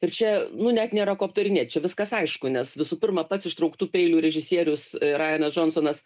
ir čia nu net nėra ko aptarinėt čia viskas aišku nes visų pirma pats ištrauktų peilių režisierius rajanas džonsonas